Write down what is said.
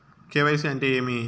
KYC అంటే ఏమి?